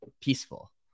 peaceful